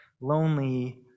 lonely